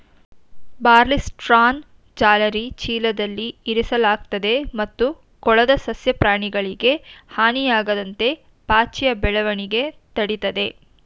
ಬಾರ್ಲಿಸ್ಟ್ರಾನ ಜಾಲರಿ ಚೀಲದಲ್ಲಿ ಇರಿಸಲಾಗ್ತದೆ ಮತ್ತು ಕೊಳದ ಸಸ್ಯ ಪ್ರಾಣಿಗಳಿಗೆ ಹಾನಿಯಾಗದಂತೆ ಪಾಚಿಯ ಬೆಳವಣಿಗೆ ತಡಿತದೆ